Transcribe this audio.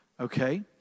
Okay